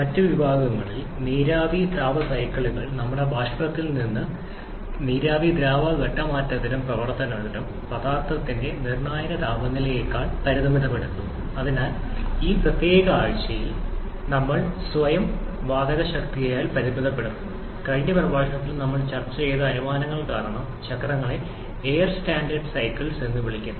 മറ്റ് വിഭാഗത്തിന് നീരാവി പവർ സൈക്കിളുകൾ അവിടെ നമുക്ക് ബാഷ്പത്തിൽ നിന്ന് നീരാവിയിലേക്കോ നീരാവി ദ്രാവക ഘട്ട മാറ്റത്തിനും പ്രവർത്തനത്തിനും പദാർത്ഥത്തിന്റെ നിർണായക താപനിലയേക്കാൾ പരിമിതപ്പെടുത്തിയിരിക്കുന്നു എന്നാൽ ഈ പ്രത്യേക ആഴ്ചയിൽ നമ്മൾ സ്വയം വാതക ശക്തിയിൽ പരിമിതപ്പെടുത്തുന്നു കഴിഞ്ഞ പ്രഭാഷണത്തിൽ നമ്മൾ ചർച്ച ചെയ്ത അനുമാനങ്ങൾ കാരണം ചക്രങ്ങളെ എയർ സ്റ്റാൻഡേർഡ് സൈക്കിൾസ് എന്നും വിളിക്കുന്നു